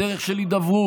בדרך של הידברות,